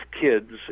kids